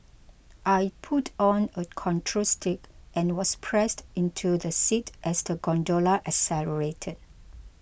I pulled on a control stick and was pressed into the seat as the gondola accelerated